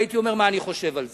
הייתי אומר מה אני חושב על זה.